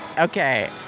Okay